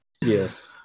Yes